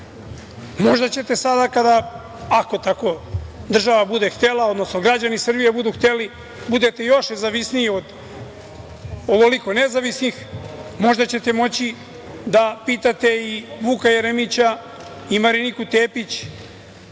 ruke. Možda ćete sada, ako tako država bude htela, odnosno građani Srbije budu hteli, budete još nezavisniji od ovoliko nezavisnih, možda ćete moći da pitate i Vuka Jeremića i Mariniku Tepić